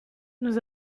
nous